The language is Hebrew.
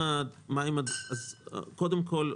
קודם כול,